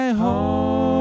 home